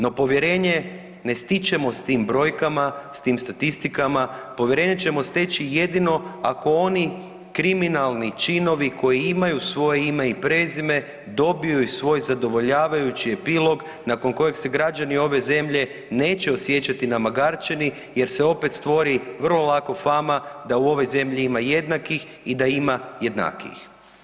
No, povjerenje ne stičemo s tim brojkama, s tim statistikama, povjerenje ćemo steći jedino ako oni kriminalni činovi koji imaju svoje ime i prezime dobiju i svoj zadovoljavajući epilog nakon kojeg se građani ove zemlje neće osjećati namagarčeni jer se opet stvori vrlo lako fama da u ovoj zemlji ima jednakih i da ima jednakijih.